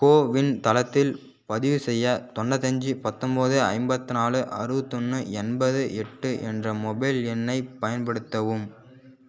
CoWIN தளத்தில் பதிவு செய்ய தொண்ணூற்றி அஞ்சு பத்தொன்பது ஐம்பத்தி நாலு அறுபத்தி ஒன்று எண்பது எட்டு என்ற மொபைல் எண்ணை பயன்படுத்தவும்